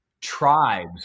tribes